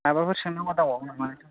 माबाफोर सोंनांगौ दंबावो नामा